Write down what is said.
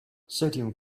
sodium